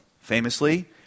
Famously